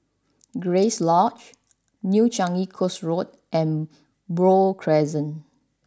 Grace Lodge New Changi Coast Road and Buroh Crescent